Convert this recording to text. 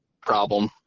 problem